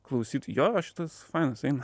klausyt jo šitas fainas eina